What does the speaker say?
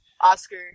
Oscar